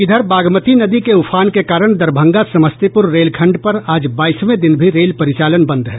इधर बागमती नदी के उफान के कारण दरभंगा समस्तीपुर रेलखंड पर आज बाईसवें दिन भी रेल परिचालन बंद है